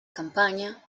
campaña